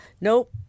Nope